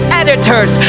editors